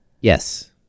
Yes